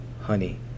honey